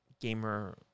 Gamer